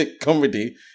comedy